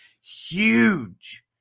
huge